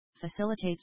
facilitates